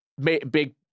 big